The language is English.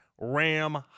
Ram